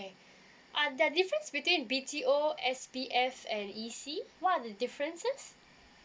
uh there are difference between B_T_O S_B_F and E_C what are the differences